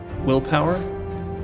Willpower